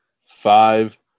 five